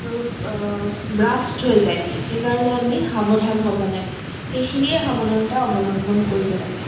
burst হৈ যায় সেইকাৰণে আমি সাৱধান হ'ব লাগে সেইখিনিয়ে সাৱধানতা অৱলম্বন কৰিব লাগে